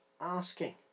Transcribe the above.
asking